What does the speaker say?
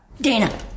Dana